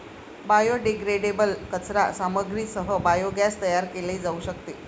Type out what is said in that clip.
biodegradable कचरा सामग्रीसह biogas तयार केले जाऊ शकते